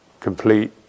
complete